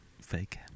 fake